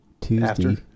Tuesday